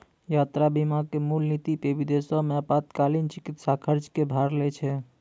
यात्रा बीमा के मूल नीति पे विदेशो मे आपातकालीन चिकित्सा खर्च के भार लै छै